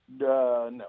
No